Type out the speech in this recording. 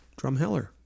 Drumheller